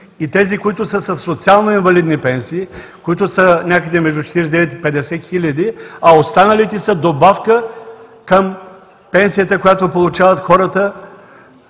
и тези, които са със социално-инвалидни пенсии, които са някъде между 49 и 50 хиляди, а останалите са добавка към пенсията, която получават хората,